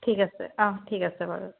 ঠিক আছে অ ঠিক আছে বাৰু